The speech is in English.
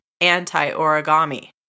anti-origami